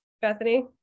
Bethany